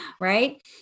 Right